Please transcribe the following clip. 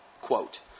quote